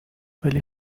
ولی